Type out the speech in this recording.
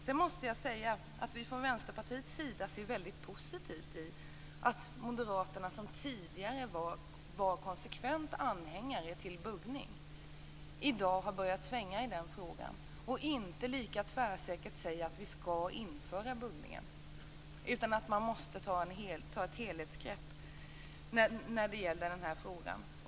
Sedan måste jag säga att vi från Vänsterpartiets sida ser väldigt positivt på att Moderaterna, som tidigare konsekvent varit anhängare av buggning, i dag har börjat svänga i den frågan. De säger inte lika tvärsäkert att vi skall införa buggning utan menar att man måste ta ett helhetsgrepp på den här frågan.